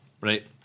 right